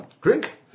Drink